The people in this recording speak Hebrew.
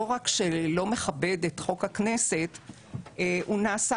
לא רק שלא מכבד את חוק הכנסת אלא שהוא נעשה